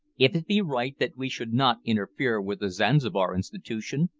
if it be right that we should not interfere with the zanzibar institution,